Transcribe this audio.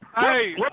Hey